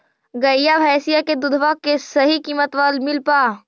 गईया भैसिया के दूधबा के सही किमतबा मिल पा?